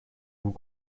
vous